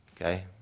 okay